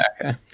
Okay